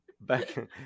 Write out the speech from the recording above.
back